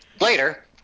Later